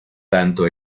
tanto